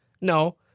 No